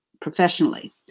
professionally